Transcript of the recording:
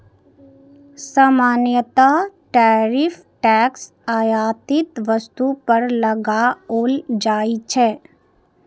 सामान्यतः tariff tax आयातित वस्तु पर लगाओल जाइ छै